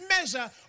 measure